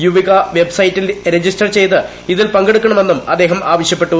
യൂവികാ വെബ്സൈറ്റിൽ രജിസ്റ്റർ ചെയ്ത് ഇതിൽ പങ്കെടുക്കണ മെന്നും അദ്ദേഹം ആവശ്യപ്പെട്ടു